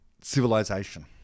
civilization